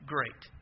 Great